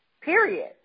period